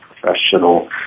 professional